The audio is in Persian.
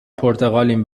پرتغالیم